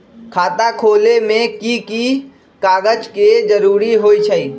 खाता खोले में कि की कागज के जरूरी होई छइ?